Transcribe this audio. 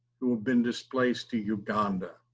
who have been displaced to uganda.